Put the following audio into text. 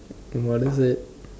what is it